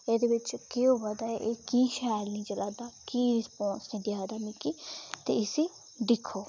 एह्दे बिच केह् होआ दा ऐ एह् की शैल निं चला दा की रिस्पांस नेईं देआ दा मिकी ते इसी दिक्खो